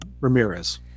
Ramirez